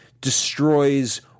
destroys